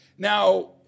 Now